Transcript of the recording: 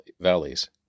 valleys